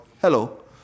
Hello